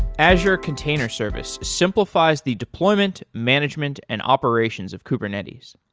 azure container service simplifies the deployment, management and operations of kubernetes.